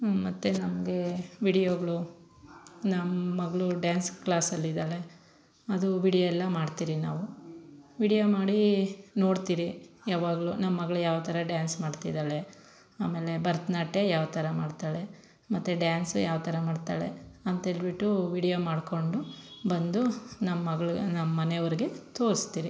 ಮತ್ತು ನಮಗೆ ವಿಡಿಯೋಗಳು ನಮ್ಮ ಮಗಳು ಡ್ಯಾನ್ಸ್ ಕ್ಲಾಸಲ್ಲಿದ್ದಾಳೆ ಅದು ವಿಡಿಯೋ ಎಲ್ಲ ಮಾಡ್ತೀರಿ ನಾವು ವಿಡಿಯೋ ಮಾಡಿ ನೋಡ್ತೀರಿ ಯಾವಾಗಲೂ ನಮ್ಮ ಮಗ್ಳು ಯಾವ ಥರ ಡ್ಯಾನ್ಸ್ ಮಾಡ್ತಿದ್ದಾಳೆ ಆಮೇಲೆ ಭರ್ತ್ನಾಟ್ಯ ಯಾವ ಥರ ಮಾಡ್ತಾಳೆ ಮತ್ತೆ ಡ್ಯಾನ್ಸು ಯಾವ ಥರ ಮಾಡ್ತಾಳೆ ಅಂತೇಳ್ಬಿಟ್ಟು ವಿಡಿಯೋ ಮಾಡಿಕೊಂಡು ಬಂದು ನಮ್ಮ ಮಗ್ಳಗೆ ನಮ್ಮ ಮನೆಯವ್ರಿಗೆ ತೋರ್ಸ್ತೀರಿ